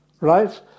right